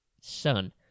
son